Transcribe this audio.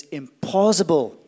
impossible